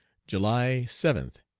july seventh,